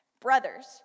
Brothers